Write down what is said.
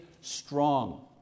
strong